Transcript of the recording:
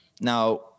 Now